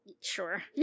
Sure